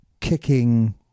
kicking